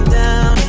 down